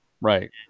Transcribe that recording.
right